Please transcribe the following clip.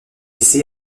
lycée